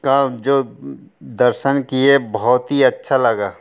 का जो दर्शन किए बहुत ही अच्छा लगा